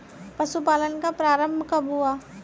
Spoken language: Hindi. पशुपालन का प्रारंभ कब हुआ?